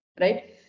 right